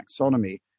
taxonomy